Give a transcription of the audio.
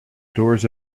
doors